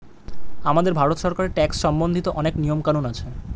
আমাদের ভারত সরকারের ট্যাক্স সম্বন্ধিত অনেক নিয়ম কানুন আছে